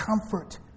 comfort